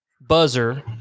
buzzer